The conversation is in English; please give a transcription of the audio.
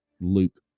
Luke